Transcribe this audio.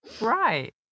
Right